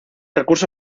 recurso